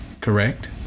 correct